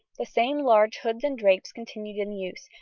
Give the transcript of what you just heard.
the same large hoods and drapes continued in use,